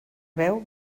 beu